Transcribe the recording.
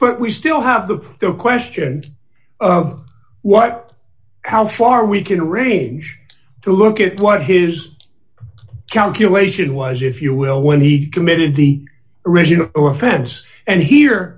but we still have the the question of what how far we can range to look at what his calculation was if you will when he committed the original offense and here